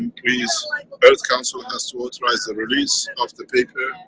um please like earth council has to authorize the release of the paper,